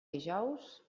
dijous